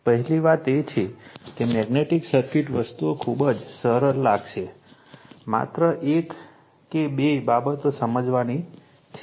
પહેલી વાત એ છે કે મેગ્નેટિક સર્કિટથી વસ્તુઓ ખૂબ જ સરળ લાગશે માત્ર એક કે બે બાબતો સમજવાની છે